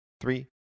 three